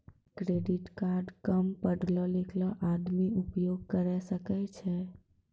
Credit card काम पढलो लिखलो आदमी उपयोग करे सकय छै?